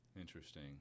Interesting